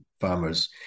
farmers